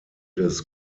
des